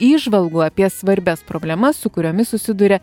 įžvalgų apie svarbias problemas su kuriomis susiduria